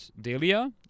Delia